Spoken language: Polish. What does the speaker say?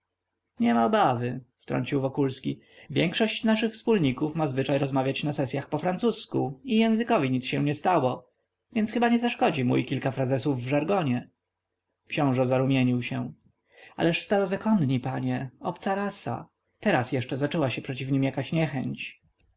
niema obawy wtrącił wokulski większość naszych wspólników ma zwyczaj rozmawiać na sesyach po francusku i językowi nic się nie stało więc chyba nic nie zaszkodzi mu i kilka frazesów w żargonie książe zarumienił się ależ starozakonni panie obca rasa teraz jeszcze zaczęła się przeciw nim jakaś niechęć